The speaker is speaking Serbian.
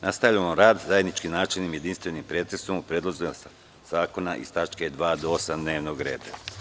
Nastavljamo rad zajedničkim načelnim jedinstvenim pretresom o predlozima zakona iz tačke 2. do 8. dnevnog reda.